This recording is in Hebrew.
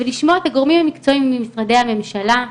ולשמוע את הגורמים המקצועיים ממשרדי הממשלה,